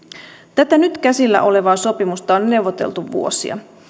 tätä nyt käsillä olevaa sopimusta on neuvoteltu vuosia